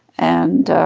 and